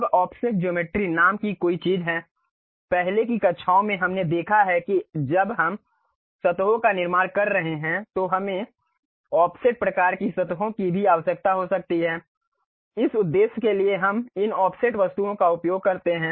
अब offset geometries नाम की कोई चीज है पहले की कक्षाओं में हमने देखा है कि जब हम सतहों का निर्माण कर रहे हैं तो हमें ऑफसेट प्रकार की सतहों की भी आवश्यकता हो सकती है इस उद्देश्य के लिए हम इन ऑफसेट वस्तुओं का उपयोग करते हैं